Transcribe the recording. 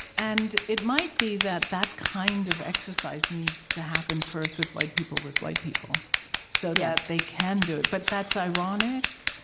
and it might be that that kind of exercise needs to happen, first, with white people with white people so that they can do it. but that's ironic,